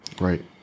right